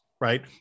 Right